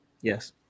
Yes